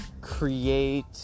create